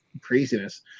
craziness